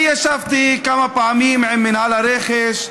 אני ישבתי כמה פעמים עם מינהל הרכש,